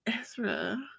Ezra